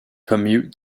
permute